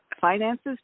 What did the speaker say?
finances